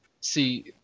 See